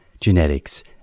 genetics